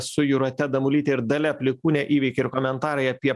su jūrate damulyte ir dalia plikūne įvykiai ir komentarai apie